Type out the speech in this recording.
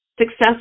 success